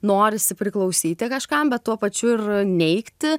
norisi priklausyti kažkam bet tuo pačiu ir neigti